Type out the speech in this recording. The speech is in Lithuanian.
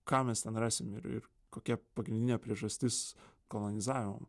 ką mes ten rasim ir ir kokia pagrindinė priežastis kolonizavimo